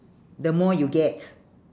the more you get